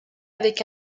avec